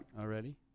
already